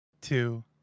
two